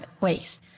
ways